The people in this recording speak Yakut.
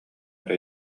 эрэ